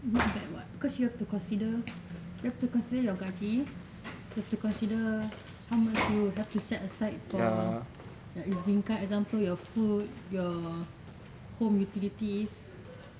um not bad what you have to consider you have to consider your gaji you have to consider how much you have to set aside for like is being cut for example your food your home utilities